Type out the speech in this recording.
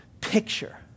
picture